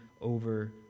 over